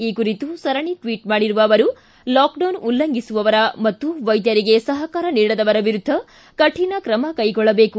ಈ ಕುರಿತು ಸರಣಿ ಟ್ವಿಟ್ ಮಾಡಿರುವ ಅವರು ಲಾಕ್ಡೌನ್ ಉಲ್ಲಂಘಿಸುವವರ ಮತ್ತು ವೈದ್ಧರಿಗೆ ಸಹಕಾರ ನೀಡದವರ ವಿರುದ್ಧ ಕೌಣ ತ್ರಮ ಕೈಗೊಳ್ಳಬೇಕು